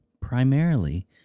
primarily